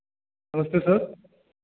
नमस्ते सर